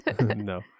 No